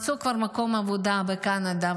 כבר מצאו מקום עבודה בקנדה.